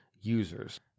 users